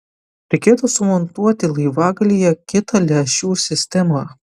reikėtų sumontuoti laivagalyje kitą lęšių sistemą